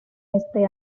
este